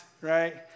right